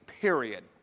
period